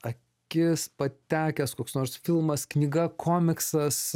akis patekęs koks nors filmas knyga komiksas